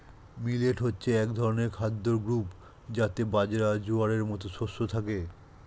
millet হচ্ছে এক ধরনের খাদ্য গ্রূপ যাতে বাজরা, জোয়ারের মতো যেই শস্য থাকে